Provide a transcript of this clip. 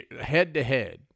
head-to-head